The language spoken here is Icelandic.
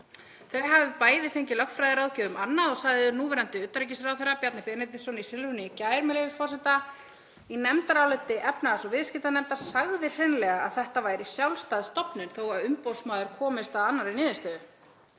þau hafi bæði fengið lögfræðiráðgjöf um annað og sagði núverandi utanríkisráðherra, Bjarni Benediktsson, í Silfrinu í gær, með leyfi forseta: „Í nefndaráliti efnahags- og viðskiptanefndar sagði hreinlega að þetta væri sjálfstæð stofnun þótt umboðsmaður komist að annarri niðurstöðu.“